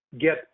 get